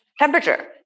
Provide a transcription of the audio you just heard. Temperature